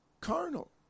carnal